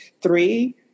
three